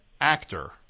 actor